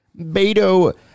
Beto